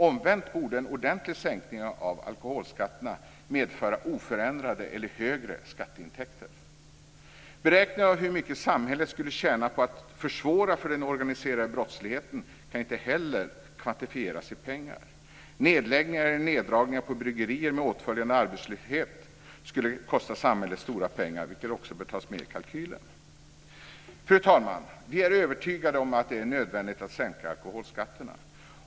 Omvänt borde en ordentlig sänkning av alkoholskatterna medföra oförändrade eller högre skatteintäkter. Beräkningen av hur mycket samhället skulle tjäna på att försvåra för den organiserade brottsligheten kan inte heller kvantifieras i pengar. Nedläggningar eller neddragningar på bryggerier med åtföljande arbetslöshet skulle kosta samhället stora pengar, vilket också bör tas med i kalkylen. Fru talman! Vi är övertygade om att det är nödvändigt att sänka alkoholskatterna.